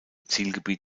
zielgebiet